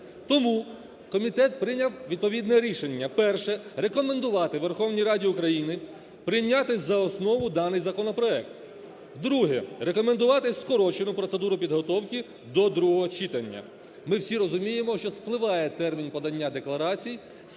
Тому комітет прийняв відповідне рішення. Перше. Рекомендувати Верховній Раді України прийняти за основу даний законопроект. Друге. Рекомендувати скорочену процедуру підготовки до другого читання. Ми всі розуміємо, що спливає термін подання декларацій.